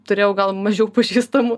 turėjau gal mažiau pažįstamų